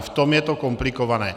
V tom je to komplikované.